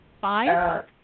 five